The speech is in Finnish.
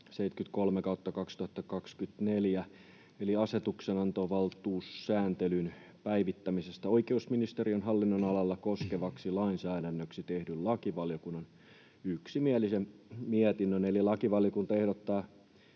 73/2024 eli asetuksenantovaltuussääntelyn päivittämisestä oikeusministeriön hallinnonalalla koskevaksi lainsäädännöksi tehdyn lakivaliokunnan yksimielisen mietinnön. Eli lakivaliokunta ehdottaa